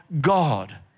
God